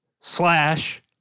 slash